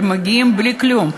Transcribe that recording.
אבל מגיעים בלי כלום,